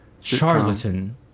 charlatan